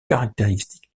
caractéristiques